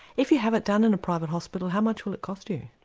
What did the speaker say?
if you have it done in a private hospital how much will it cost you?